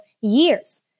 years